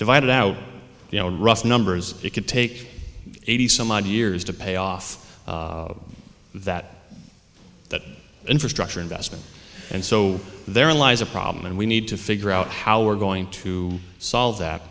divide it out you know a rough numbers it could take eighty some odd years to pay off that that infrastructure investment and so therein lies a problem and we need to figure out how we're going to solve that